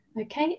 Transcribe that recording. Okay